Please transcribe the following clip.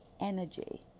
energy